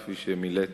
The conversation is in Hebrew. כפי שמילאת